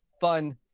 fun